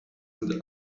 and